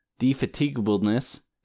defatigableness